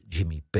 Jimmy